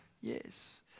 Yes